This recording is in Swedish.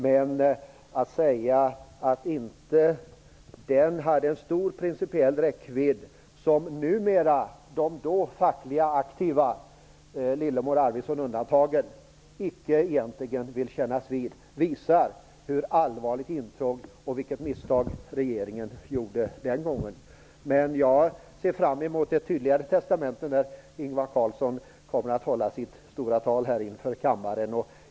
De som då var fackligt aktiva - Lillemor Arvidsson undantagen - hävdar nu att paketet inte hade någon stor principiell räckvidd, och de vill egentligen inte kännas vid detta. Det visar hur allvarligt detta intrång var, och vilket misstag regeringen gjorde den gången. Jag ser dock fram emot ett tydligare testamente när Ingvar Carlsson kommer att hålla sitt stora tal här i kammaren.